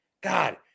god